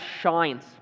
shines